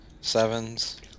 sevens